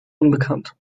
unbekannt